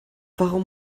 warum